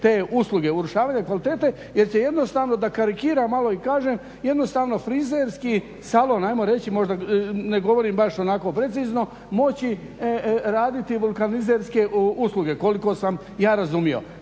te usluge, urušavanja kvalitete jer će jednostavno, da karikiram malo i kažem, jednostavno frizerski salon ajmo reći, možda ne govorim baš onako precizno, moći raditi vulkanizerske usluge koliko sam ja razumio.